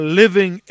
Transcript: living